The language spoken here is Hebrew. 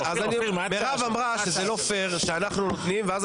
מירב אמרה שזה לא פייר שאנחנו --- ואנחנו